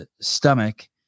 stomach